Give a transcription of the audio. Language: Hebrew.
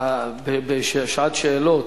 בשעת שאלות.